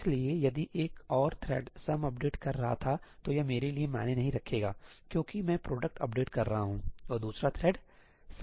इसलिए यदि एक और थ्रेड सम अपडेटकर रहा था तो यह मेरे लिए मायने नहीं रखेगासही क्योंकि मैं प्रोडक्ट अपडेट कर रहा हूं और दूसरा थ्रेडसमअपडेट कर रहा है